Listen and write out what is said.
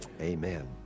Amen